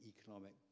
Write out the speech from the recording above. economic